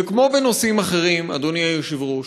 וכמו בנושאים אחרים, אדוני היושב-ראש,